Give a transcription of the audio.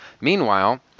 Meanwhile